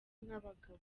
n’abagabo